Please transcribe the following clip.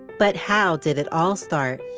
but how did it all start?